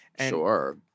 Sure